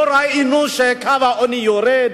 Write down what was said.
לא ראינו שקו העוני יורד,